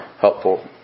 helpful